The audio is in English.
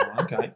Okay